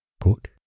quote